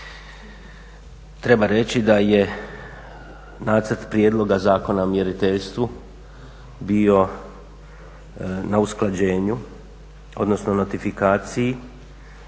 treba reći da je Nacrt prijedloga zakona o mjeriteljstvu bio na usklađenju, odnosno notifikaciji